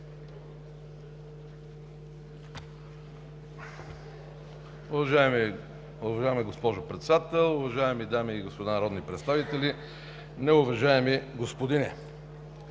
Уважаема госпожо Председател, уважаеми дами и господа народни представители! Неуважаеми господине,